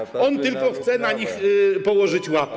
On tylko chce na nich położyć łapę.